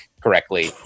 correctly